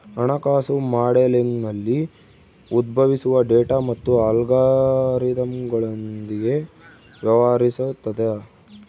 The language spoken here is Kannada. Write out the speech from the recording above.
ಹಣಕಾಸು ಮಾಡೆಲಿಂಗ್ನಲ್ಲಿ ಉದ್ಭವಿಸುವ ಡೇಟಾ ಮತ್ತು ಅಲ್ಗಾರಿದಮ್ಗಳೊಂದಿಗೆ ವ್ಯವಹರಿಸುತದ